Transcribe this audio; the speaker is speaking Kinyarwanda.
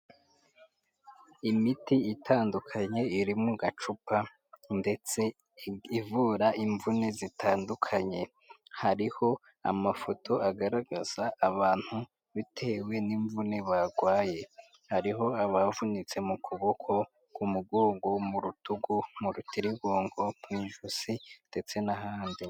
Imiti itandukanye iri mu gacupa ndetse ivura imvune zitandukanye, hariho amafoto agaragaza abantu bitewe n'imvune barwaye hariho abavunitse mu kuboko, k'umugongo, mu rutugu, mu rutirigongo, mu ijosi ndetse n'ahandi.